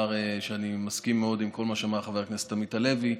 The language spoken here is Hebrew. שאני מסכים מאוד לכל מה שאמר חבר הכנסת עמית הלוי.